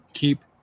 Keep